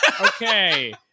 Okay